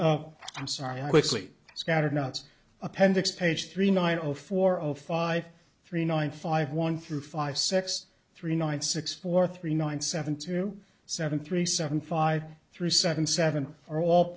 and i'm sorry i quickly scattered knots appendix page three nine zero four zero five three nine five one through five six three ninety six four three nine seven two seven three seven five three seven seven are all